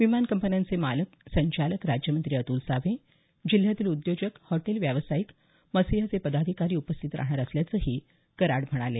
विमान कंपन्यांचे मालक संचालक राज्यमंत्री अतुल सावे जिल्ह्यातील उद्योजक हॉटेल व्यावसायिक मसिआचे पदाधिकारी उपस्थित राहणार असल्याचंही कराड यांनी सांगितलं